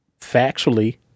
Factually